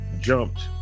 jumped